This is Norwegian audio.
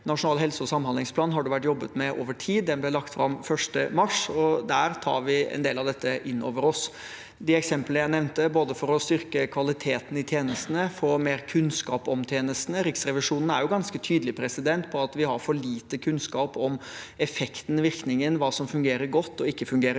Nasjonal helse- og samhandlingsplan har det vært jobbet med over tid. Den ble lagt fram 1. mars, og der tar vi en del av dette inn over oss. Når det gjelder de eksemplene jeg nevnte, for å styrke kvaliteten i tjenestene og få mer kunnskap om tjenestene, er Riksrevisjonen ganske tydelig på at vi har for lite kunnskap om effekten og virkningen, hva som fungerer godt, og hva som ikke fungerer godt.